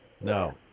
No